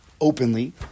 openly